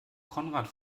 konrad